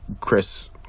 Chris